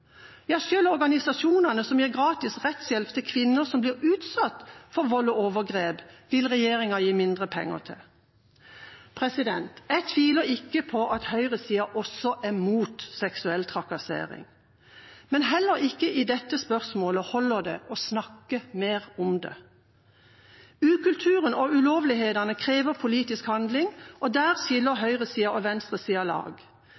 organisasjonene som gir gratis rettshjelp til kvinner som blir utsatt for vold og overgrep, vil regjeringa gi mindre penger til. Jeg tviler ikke på at høyresiden også er imot seksuell trakassering. Men heller ikke i dette spørsmålet holder det å snakke mer om det. Ukulturen og ulovlighetene krever politisk handling, og der skiller høyresiden og venstresiden lag.